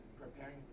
preparing